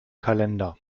kalender